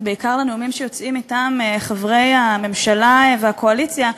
ובעיקר לנאומים שיוצאים מטעם חברי הממשלה והקואליציה,